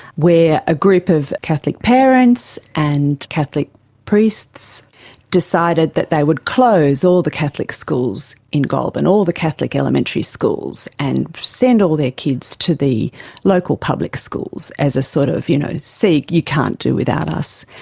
where a group of catholic parents and catholic priests decided that they would close all the catholic schools in goulburn, all the catholic elementary schools, and send all their kids to the local public schools as a sort of, you know, see, you can't do without us.